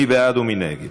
מי בעד ומי נגד?